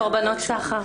קורבנות סחר.